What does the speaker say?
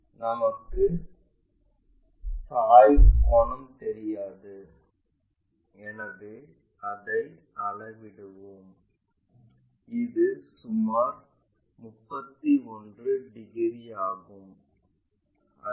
நமக்குத் சாய்வு கோணம் தெரியாது எனவே அதை அளவிடுவோம் இது சுமார் 31 டிகிரி ஆகும்